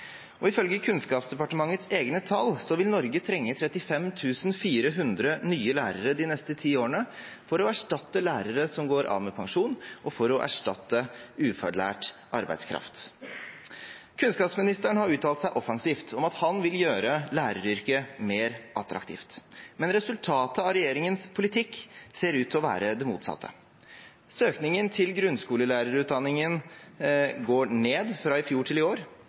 Ifølge Kunnskapsdepartementets egne tall vil Norge trenge 35 400 nye lærere de neste ti årene for å erstatte lærere som går av med pensjon, og for å erstatte ufaglært arbeidskraft. Kunnskapsministeren har uttalt seg offensivt om at han vil gjøre læreryrket mer attraktivt, men resultatet av regjeringens politikk ser ut til å være det motsatte. Søkningen til grunnskolelærerutdanningen har gått ned fra i fjor til i år,